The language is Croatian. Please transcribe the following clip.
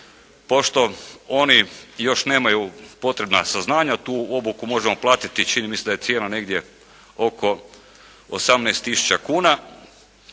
pošto oni još nemaju potrebna saznanja. Tu obuku možemo platiti, čini mi se da je cijena negdje oko 18 tisuća